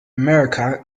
america